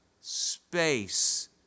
space